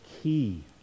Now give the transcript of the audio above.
key